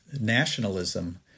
nationalism